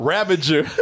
Ravager